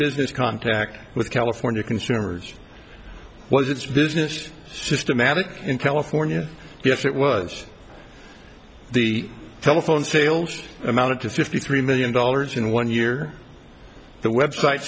business contact with california consumers was its business systematic in california yes it was the telephone sales amounted to fifty three million dollars in one year the website